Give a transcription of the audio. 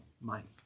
mind